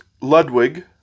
Ludwig